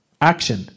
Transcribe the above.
action